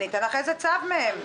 אני אתן לך איזה צו מהם.